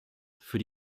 für